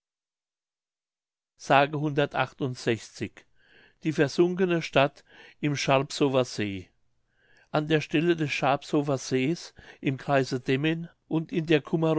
die versunkene stadt im scharpsower see an der stelle des scharpsower sees im kreise demmin und in der